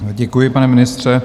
Děkuji, pane ministře.